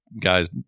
guys